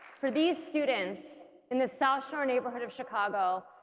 for these students in the south shore neighborhood of chicago,